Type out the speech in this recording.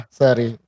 sorry